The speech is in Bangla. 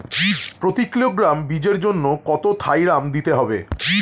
প্রতি কিলোগ্রাম বীজের জন্য কত থাইরাম দিতে হবে?